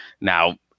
Now